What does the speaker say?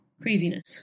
craziness